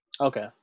Okay